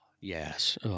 Yes